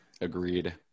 Agreed